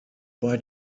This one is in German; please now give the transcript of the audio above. bei